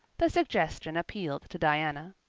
the suggestion appealed to diana.